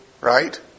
Right